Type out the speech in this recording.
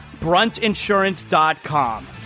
Bruntinsurance.com